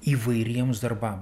įvairiems darbam